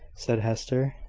said hester,